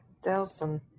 Delson